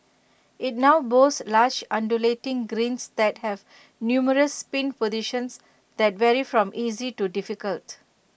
IT now boasts large undulating greens that have numerous pin positions that vary from easy to difficult